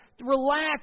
relax